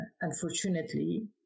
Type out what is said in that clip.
unfortunately